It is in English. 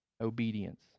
obedience